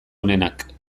onenak